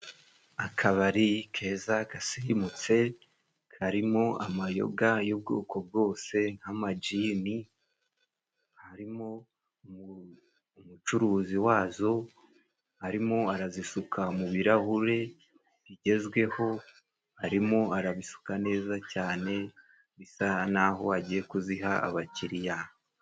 Akabari keza gasirimutse karimo amayoga, y'ubwoko bwose nk'amagni harimo umucuruzi wazo arimo arazisuka, mu birahure bigezweho arimo arabisuka neza cyane bisa naho agiye kuziha abakiriya.